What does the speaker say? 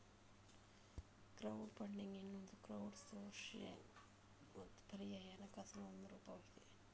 crowd funding ಎನ್ನುವುದು crowd sourcing ಮತ್ತು ಪರ್ಯಾಯ ಹಣಕಾಸಿನ ಒಂದು ರೂಪವಾಗಿದೆ